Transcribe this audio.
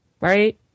right